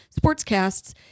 sportscasts